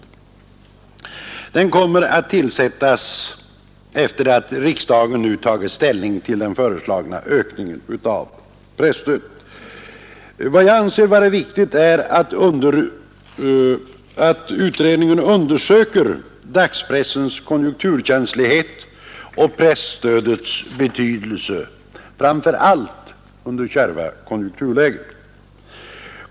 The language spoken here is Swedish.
Utredningen kommer att tillsättas efter det att riksdagen nu tagit ställning till den föreslagna ökningen av presstödet. Vad jag anser viktigt är att utredningen undersöker dagspressens konjunkturkänslighet och presstödets betydelse framför allt under kärva konjunkturlägen.